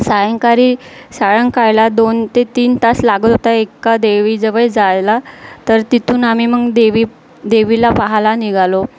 सायंकारी सायंकाळला दोन ते तीन तास लागत होता एका देवीजवळ जायला तर तिथून आम्ही मग देवी देवीला पाहाला निघालो